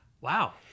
wow